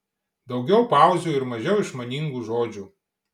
daugiau pauzių ir mažiau išmaningų žodžių